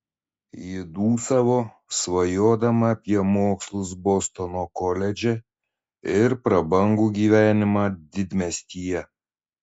ji dūsavo svajodama apie mokslus bostono koledže ir prabangų gyvenimą didmiestyje